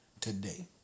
Today